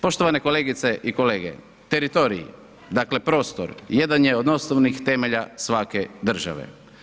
Poštovane kolegice i kolege, teritorij, dakle prostor jedan je od osnovnih temelja svake države.